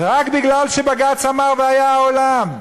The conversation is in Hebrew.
רק כי בג"ץ אמר והיה העולם,